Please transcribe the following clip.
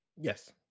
Yes